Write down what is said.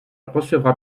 recevra